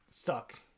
stuck